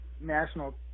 national